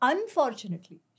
Unfortunately